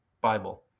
Bible